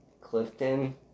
Clifton